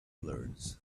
learns